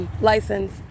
License